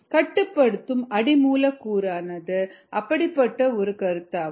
கட்டுப்படுத்தும் அடி மூலக்கூறானது அப்படிப்பட்ட ஒரு கருத்தாகும்